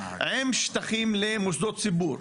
עם שטחים למוסדות ציבור,